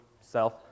self